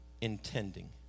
intending